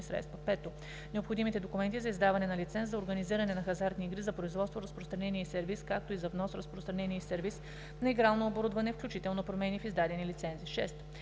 средства; 5. необходимите документи за издаване на лиценз за организиране на хазартни игри, за производство, разпространение и сервиз, както и за внос, разпространение и сервиз на игрално оборудване, включително промени в издадени лицензи; 6.